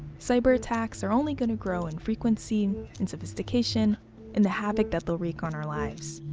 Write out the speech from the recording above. cyber attacks are only gonna grow in frequency and sophistication in the havoc that they'll wreak on our lives.